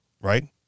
Right